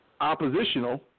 oppositional